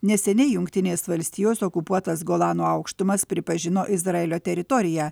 neseniai jungtinės valstijos okupuotas golano aukštumas pripažino izraelio teritorija